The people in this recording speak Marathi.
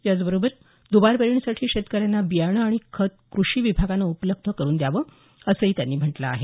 याचबरोबर दुबार पेरणीसाठी शेतकऱ्यांना बियाणे आणि खत कृषी विभागाने मोफत उपलब्ध करून द्यावं असंही त्यांनी म्हटलं आहे